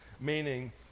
meaning